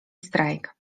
strajk